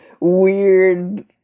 weird